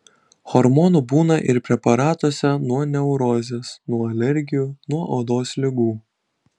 hormonų būna ir preparatuose nuo neurozės nuo alergijų nuo odos ligų